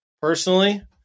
personally